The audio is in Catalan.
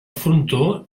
frontó